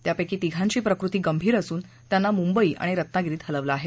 त्यापक्षी तिघांची प्रकृती गंभीर असून त्यांना मुंबई आणि रत्नागिरीत हलवलं आहे